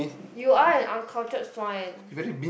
you are an uncultured swine